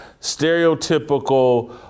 stereotypical